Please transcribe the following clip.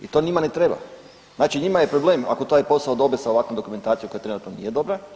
I to njima ne treba, znači njima je problem ako taj posao dobe sa ovakvom dokumentacijom koja trenutno nije dobra.